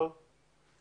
יש לנו